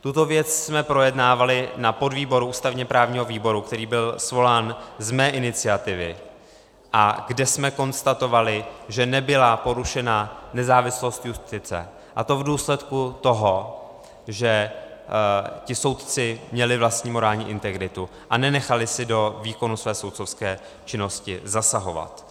Tuto věc jsme projednávali na podvýboru ústavněprávního výboru, který byl svolán z mé iniciativy a kde jsme konstatovali, že nebyla porušena nezávislost justice, a to v důsledku toho, že ti soudci měli vlastní morální integritu a nenechali si do výkonu své soudcovské činnosti zasahovat.